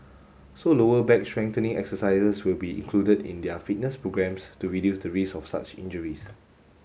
so lower back strengthening exercises will be included in their fitness programmes to reduce the risk of such injuries